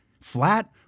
Flat